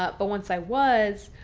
ah but once i was,